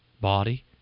body